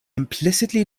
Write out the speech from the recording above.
implicitly